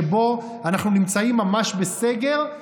שבו אנחנו נמצאים ממש בסגר,